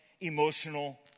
emotional